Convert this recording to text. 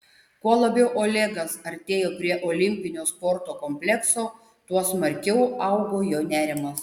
kuo labiau olegas artėjo prie olimpinio sporto komplekso tuo smarkiau augo jo nerimas